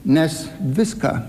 mes viską